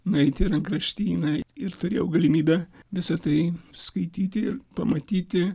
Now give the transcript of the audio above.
nueiti į rankraštyną ir turėjau galimybę visa tai skaityti ir pamatyti